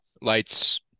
lights